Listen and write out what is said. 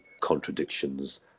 contradictions